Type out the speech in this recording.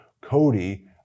Cody